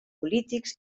polítics